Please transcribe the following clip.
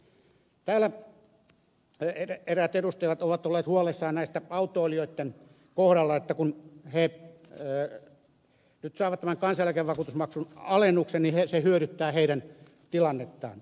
täällä eräät edustajat ovat olleet huolissaan autoilijoitten kohdalla että kun he nyt saavat tämän kansaneläkevakuutusmaksun alennuksen se hyödyttää heidän tilannettaan